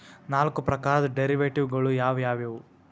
ನಾಲ್ಕ್ ಪ್ರಕಾರದ್ ಡೆರಿವೆಟಿವ್ ಗಳು ಯಾವ್ ಯಾವವ್ಯಾವು?